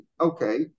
Okay